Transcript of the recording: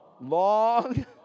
long